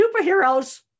superheroes